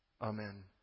Amen